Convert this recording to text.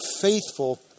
faithful